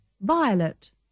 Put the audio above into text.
Violet